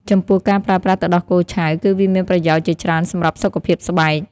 ចំពោះការប្រើប្រាស់ទឹកដោះគោឆៅ គឺវាមានប្រយោជន៍ជាច្រើនសម្រាប់សុខភាពស្បែក។